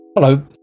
Hello